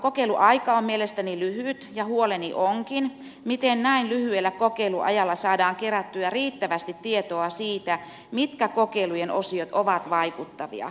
kokeiluaika on mielestäni lyhyt ja huoleni onkin miten näin lyhyellä kokeiluajalla saadaan kerättyä riittävästi tietoa siitä mitkä kokeilujen osiot ovat vaikuttavia